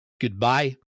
goodbye